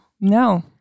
No